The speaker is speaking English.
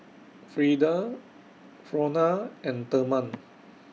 Freeda Frona and Therman